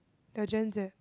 they're Gen-Z